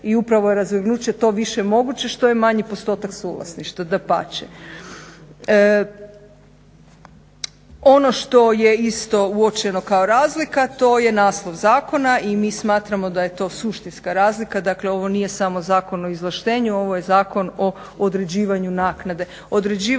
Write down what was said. I upravo je razvrgnuće to više moguće što je manji postotak suvlasništva, dapače. Ono što je isto uočeno kao razlika to je naslov zakona i mi smatramo da je to suštinska razlika, dakle ovo nije samo Zakon o izvlaštenju, ovo je Zakon o određivanju naknade.